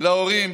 להורים